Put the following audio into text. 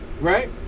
Right